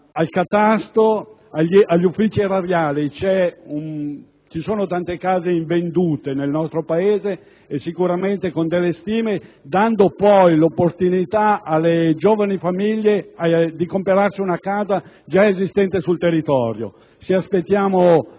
al catasto, agli uffici erariali; ci sono tante case invendute nel nostro Paese; sicuramente si possono fare delle stime, dando poi l'opportunità alle giovani famiglie di comprarsi una casa già esistente sul territorio.